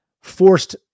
forced